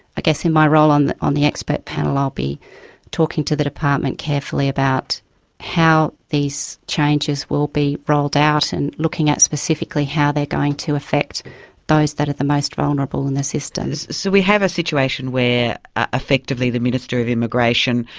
i guess in my role on the on the expert panel i'll be talking to the department carefully about how these changes will be rolled out and looking at specifically how they're going to affect those that are the most vulnerable in the system. so we have a situation where effectively the minister of immigration,